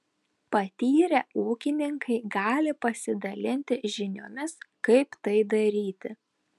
patyrę ūkininkai gali pasidalinti žiniomis kaip tai daryti